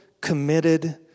committed